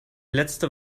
letzte